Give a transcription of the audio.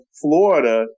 Florida